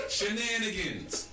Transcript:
Shenanigans